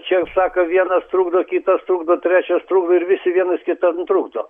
čia sako vienas trukdo kitas trukdo trečias trukdo ir visi vienas kitam trukdo